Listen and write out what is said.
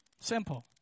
Simple